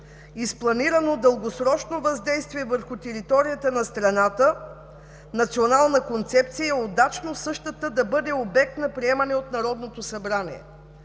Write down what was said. с планирано дългосрочно въздействие върху територията на страната Национална концепция е удачно същата да бъде обект на приемане от Народното събрание“,